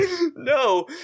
No